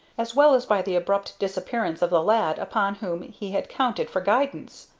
as well as by the abrupt disappearance of the lad upon whom he had counted for guidance.